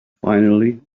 finally